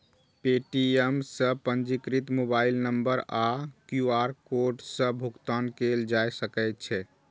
Paytm सं पंजीकृत mobile number आ क्यू.आर कोड सं भुगतान कैल जा सकै छै